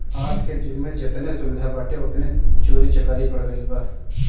आजके जुग में जेतने सुविधा बाटे ओतने चोरी चकारी बढ़ गईल बा